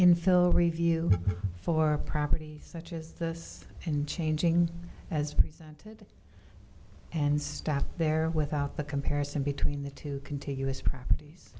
infill view for property such as this in changing as presented and stop there without the comparison between the two contiguous properties